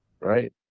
right